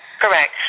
correct